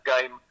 game